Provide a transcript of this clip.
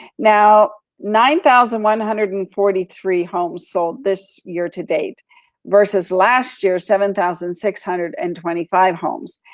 now, nine thousand one hundred and forty three homes sold this year to date versus last year, seven thousand six hundred and twenty five homes.